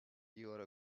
your